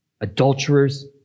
adulterers